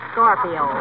Scorpio